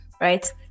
right